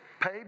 pay